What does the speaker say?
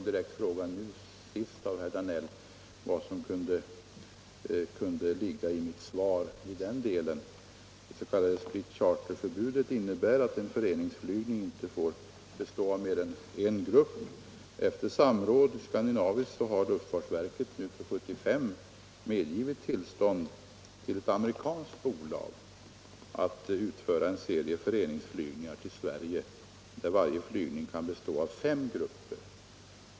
På direkt fråga av herr Danell vad som kunde ligga i mitt svar i den delen vill jag säga att det s.k. splitcharterförbudet innebär att en föreningsflygning inte får bestå av mer än fem grupper. Efter skandinaviskt samråd har luftfartsverket för 1975 lämnat tillstånd till ett amerikanskt bolag att utföra en serie föreningsflygningar till Sverige, där varje flygning kan bestå av fem grupper.